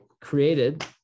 created